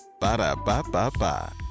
Ba-da-ba-ba-ba